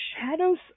shadows